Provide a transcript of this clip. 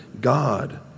God